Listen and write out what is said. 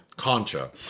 Concha